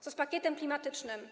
Co z pakietem klimatycznym?